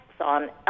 on